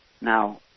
Now